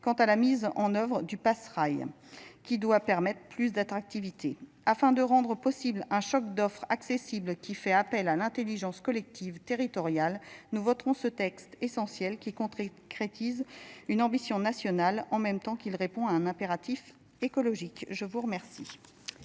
tiens en conclusion du passer rail qui doit permettre plus d'attractivité afin de rendre possible un choc d'offre accessible qui fait appel à l'intelligence collective territoriale nous voterons ce texte essentiel qui concrétise unembossed qu'il répond à un impératif écologique. Je vous remercie